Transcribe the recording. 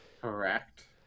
Correct